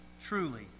Truly